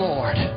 Lord